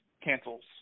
cancels